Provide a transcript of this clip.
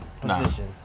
position